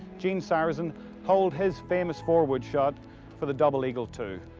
gene sarazen holed his famous four wood shot for the double-eagle too.